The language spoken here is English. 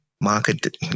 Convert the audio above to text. market